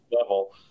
level